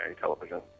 television